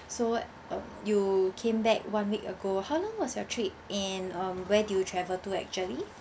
so what um you came back one week ago how long was your trip and um where do you travel to actually